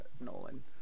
Nolan